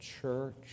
church